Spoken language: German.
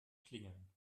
klingeln